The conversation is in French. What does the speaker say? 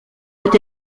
peut